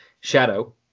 Shadow